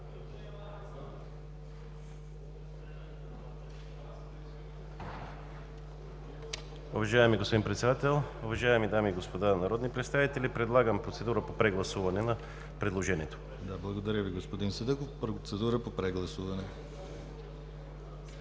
Благодаря Ви, господин Садъков. Процедура по прегласуване.